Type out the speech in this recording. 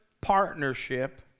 partnership